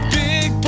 big